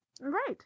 Right